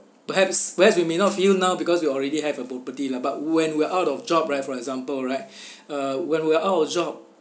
perhaps whereas you may not feel now because you already have a property lah but when we're out of job right for example right uh when we're out of job